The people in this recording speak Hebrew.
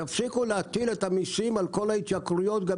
תפסיקו להטיל את המיסים על כל ההתייקרות וגם